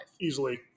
Easily